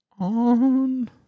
On